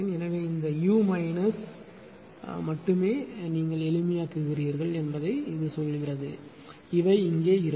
எனவே இந்த U minus மட்டுமே எளிமையாக்குகிறீர்கள் என்பதைச் சொல்கிறது இவை இங்கே இருக்கும்